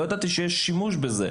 להגיש את זה בשפת האם.